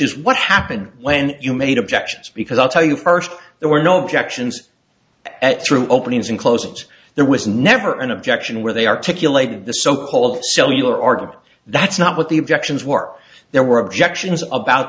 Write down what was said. is what happened when you made objections because i'll tell you first there were no objections at through openings and closings there was never an objection where they articulated the so called cellular argument that's not what the objections were there were objections about